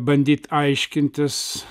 bandyt aiškintis